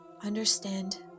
understand